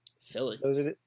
Philly